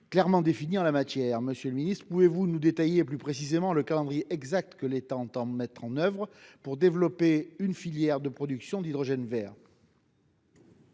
clairement définie en la matière. Monsieur le ministre, pouvez-vous nous détailler le calendrier que l'État entend suivre pour développer une filière de production d'hydrogène vert ?